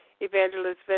Evangelist